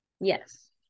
Yes